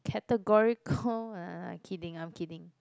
categorical uh I'm kidding I'm kidding